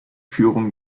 führung